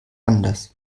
anders